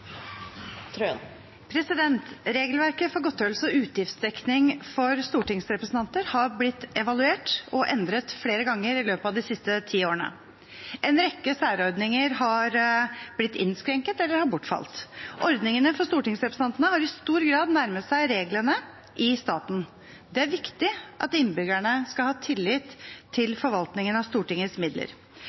Regelverket for godtgjørelse og utgiftsdekning for stortingsrepresentanter har blitt evaluert og endret flere ganger i løpet av de siste ti årene. En rekke særordninger har blitt innskrenket eller har bortfalt. Ordningene for stortingsrepresentantene har i stor grad nærmet seg reglene i staten. Det er viktig at innbyggerne kan ha tillit til forvaltningen av Stortingets midler.